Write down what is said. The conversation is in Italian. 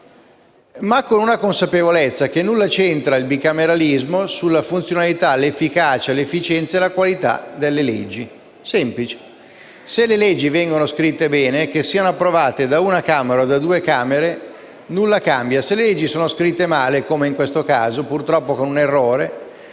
con una consapevolezza: nulla c'entra il bicameralismo con la funzionalità, l'efficienza, l'efficacia e la qualità delle leggi. Semplice: se le leggi vengono scritte bene, che siano approvate da una o due Camere nulla cambia; se le leggi sono scritte male, come in questo caso, purtroppo con un errore,